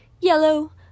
yellow